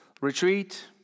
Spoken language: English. retreat